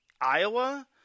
Iowa